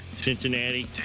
Cincinnati